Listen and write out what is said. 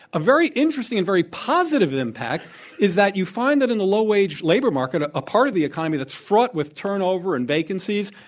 a very interesting and very positive impact is that you find that in the low wage labor market, a part of the economy that's fraught with turnover and vacancies,